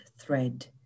thread